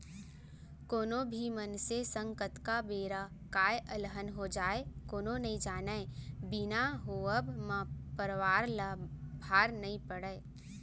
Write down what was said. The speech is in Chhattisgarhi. कोनो भी मनसे संग कतका बेर काय अलहन हो जाय कोनो नइ जानय बीमा होवब म परवार ल भार नइ पड़य